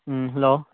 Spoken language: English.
hello